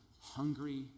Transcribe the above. hungry